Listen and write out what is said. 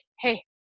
Hey